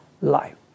life